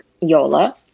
YOLA